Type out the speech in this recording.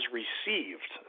received